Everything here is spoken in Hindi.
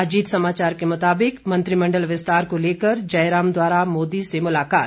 अजीत समाचार के मुताबिक मंत्रिमंडल विस्तार को लेकर जयराम द्वारा मोदी से मुलाकात